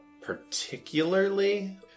particularly